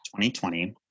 2020